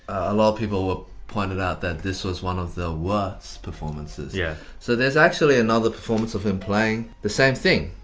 a lot of people were pointing out that this was one of the worst performances. yeah. so there's actually another performance of him playing the same thing.